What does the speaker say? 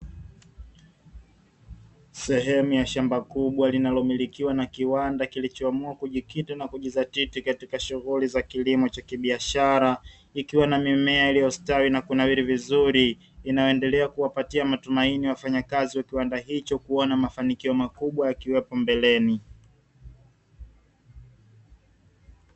Sehemu ya shamba kubwa linalomilikiwa na kiwanda kilichoamua kujikita na kujizatiti katika shughuli za kilimo cha kibiashara, ikiwa na mimea iliyostawi na kunawiri vizuri inayoendelea kuwapatia matumaini wafanyakazi wa kiwanda hicho, kuwa na mafanikio makubwa yakiwepo mbeleni.